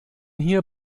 hier